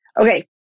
Okay